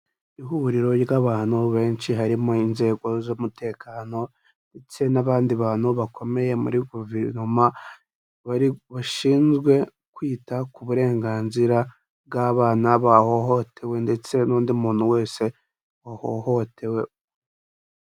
Ihuriro ry'abantu benshi harimo inzego z'umutekano ndetse n'abandi bantu bakomeye muri guverinoma bashinzwe kwita ku burenganzira bw'abana bahohotewe ndetse n'undi muntu wese wahohotewe.